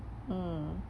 mm